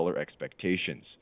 expectations